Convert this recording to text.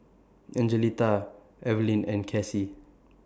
Angelita Evalyn and Cassie